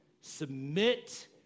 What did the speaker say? Submit